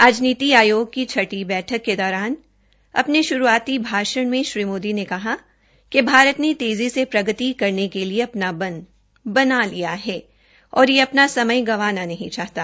आज नीति आयोग की छठी बैठक के दौरान अपने शुरूआती भाषण में श्री मोदी ने कहा कि भारत ने तेजी से प्रगति करने के लिए अना मन बना लिया है और ये अपना समय गंवाना नहीं चाहता